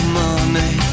money